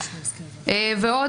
ועוד,